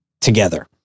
together